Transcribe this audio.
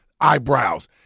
eyebrows